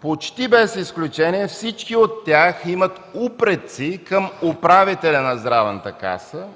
почти без изключение всички от тях имат упреци към управителя на Здравната каса,